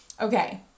Okay